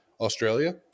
Australia